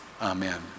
Amen